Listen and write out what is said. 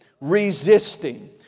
Resisting